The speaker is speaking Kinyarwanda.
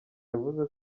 yavuze